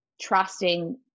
trusting